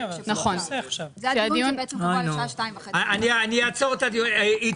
הדיון קבוע לשעה 14:30. איתי,